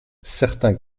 certains